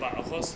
but of course